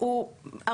אלו נדחים.